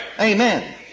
Amen